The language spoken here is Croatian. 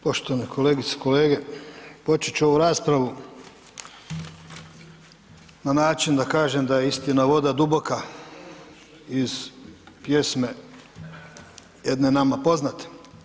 Poštovane kolegice i kolege, počet ću ovu raspravu na način da kažem da je istina voda duboka iz pjesme jedne nama poznate.